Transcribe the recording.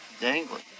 dangling